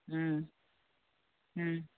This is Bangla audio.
হুম হুম